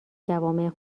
جوامع